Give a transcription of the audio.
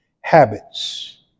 habits